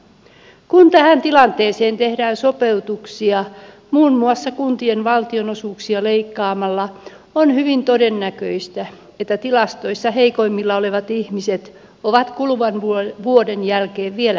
kun tähän tilanteeseen tehdään sopeutuksia muun muassa kuntien valtionosuuksia leikkaamalla on hyvin todennäköistä että tilastoissa heikoimmilla olevat ihmiset ovat kuluvan vuoden jälkeen vielä heikommilla